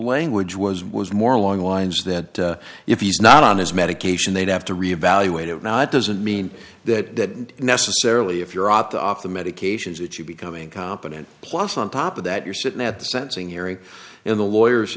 language was was more along the lines that if he's not on his medication they'd have to re evaluate it now doesn't mean that didn't necessarily if you're opt off the medications that you become incompetent plus on top of that you're sitting at the sensing hearing in the lawyer